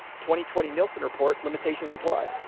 twenty twenty nielsen report limitations apply.